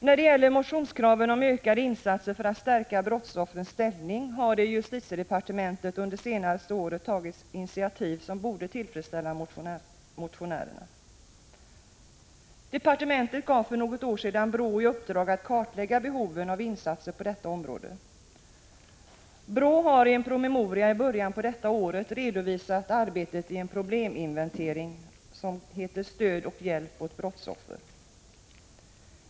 När det gäller motionskraven om ökade insatser för att stärka brottsoffrens ställning har det i justitiedepartementet under det senaste året tagits initiativ som borde tillfredsställa motionärerna. Departementet gav för något år sedan BRÅ i uppdrag att kartlägga behoven av insatser på detta område. BRÅ har i en promemoria i början på detta år redovisat arbetet i en probleminventering, benämnd Stöd och hjälp åt brottsoffer.